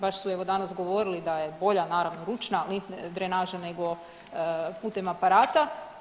Baš su evo danas govorili da je bolja naravno ručna drenaža nego putem aparata.